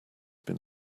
been